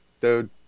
dude